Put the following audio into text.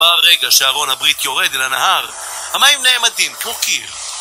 ברגע שארון הברית יורד אל הנהר, המים נעמדים כמו קיר.